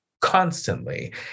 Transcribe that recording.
constantly